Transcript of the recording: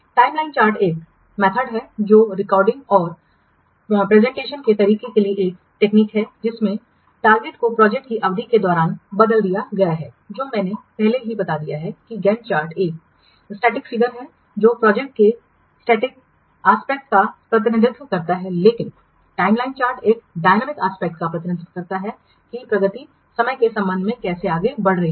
timeline chart एक विधि है जो रिकॉर्डिंग और प्रदर्शन के तरीके के लिए एक तकनीक है जिसमें लक्ष्य को प्रोजेक्ट की अवधि के दौरान बदल दिया गया है जो मैंने पहले ही बता दिया है कि गैंट चार्ट एक स्टैटिक फिगरहै जो प्रोजेक्ट के स्टैटिक एस्पेक्ट का प्रतिनिधित्व करता है लेकिन टाइमलाइन चार्ट यह डायनामिक एस्पेक्ट का प्रतिनिधित्व करता है कि प्रगति समय के संबंध में कैसे आगे बढ़ रही है